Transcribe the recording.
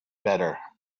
better